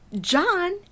John